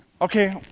Okay